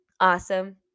awesome